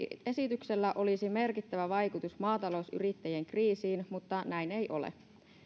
esityksellä olisi merkittävä vaikutus maatalousyrittäjien kriisiin mutta näin ei ole